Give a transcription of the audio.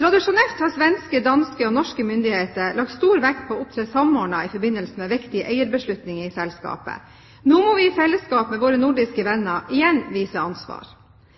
Tradisjonelt har svenske, danske og norske myndigheter lagt stor vekt på å opptre samordnet i forbindelse med viktige eierbeslutninger i selskapet. Nå må vi i fellesskap med våre nordiske venner igjen vise ansvar.